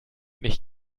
nicht